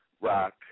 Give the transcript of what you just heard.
rock